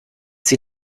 sie